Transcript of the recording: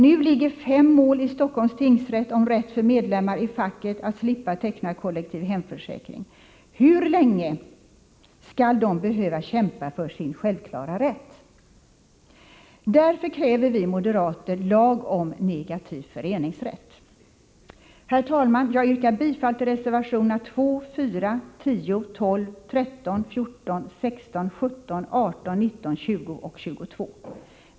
Nu ligger fem mål i Stockholms tingsrätt om rätt för medlemmar i facket att slippa teckna kollektiv hemförsäkring. Hur länge skall de behöva kämpa för sin självklara rätt? Därför kräver vi lag om negativ föreningsrätt. Herr talman! Jag yrkar bifall till reservationerna 2, 4, 10, 12, 13, 14, 16, 17, 18, 19, 20 och 22.